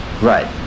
Right